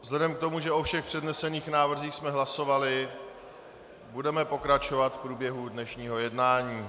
Vzhledem k tomu, že o všech přednesených návrzích jsme hlasovali, budeme pokračovat v průběhu dnešního jednání.